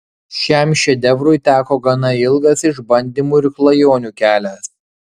šiam šedevrui teko gana ilgas išbandymų ir klajonių kelias